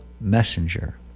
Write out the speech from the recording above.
messenger